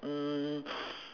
mm